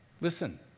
Listen